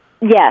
yes